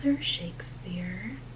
Shakespeare